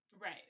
Right